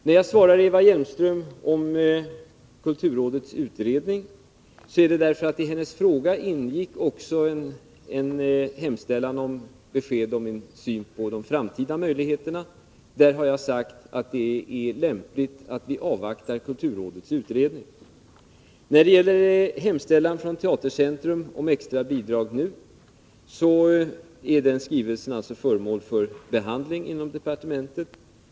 När jag i svaret till Eva Hjelmström hänvisade till kulturrådets utredning var det därför att i hennes fråga ingick också en hemställan om besked om min syn på de framtida möjligheterna, och på den punkten har jag sagt att det är lämpligt att vi avvaktar kulturrådets utredning. Den hemställan som har gjorts av Teatercentrum är nu föremål för behandling inom departementet.